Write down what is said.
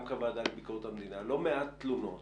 כוועדה לביקורת המדינה מקבלים לא מעט תלונות